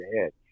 ahead